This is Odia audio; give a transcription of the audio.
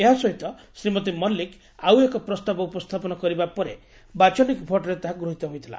ଏହା ସହିତ ଶ୍ରୀମତୀ ମଲ୍କିକ୍ ଆଉ ଏକ ପ୍ରସ୍ତାବ ଉପସ୍ତାପନ କରିବା ପରେ ବାଚନିକ ଭୋଟରେ ତାହା ଗୃହୀତ ହୋଇଥିଲା